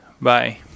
Bye